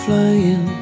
Flying